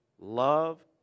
love